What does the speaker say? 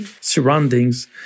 surroundings